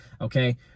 okay